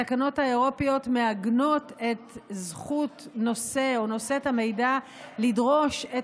התקנות האירופיות מעגנות את זכות נושא או נושאת המידע לדרוש את